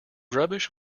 rubbish